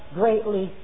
greatly